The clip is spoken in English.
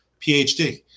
PhD